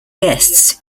guests